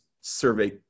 survey